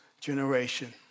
generation